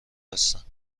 هستند